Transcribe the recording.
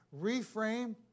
Reframe